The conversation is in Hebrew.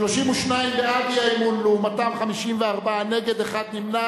הצעת סיעת קדימה להביע אי-אמון בממשלה